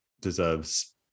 deserves